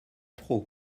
trop